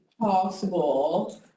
possible